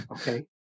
okay